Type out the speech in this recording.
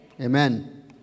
amen